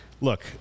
Look